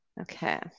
Okay